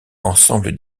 ensemble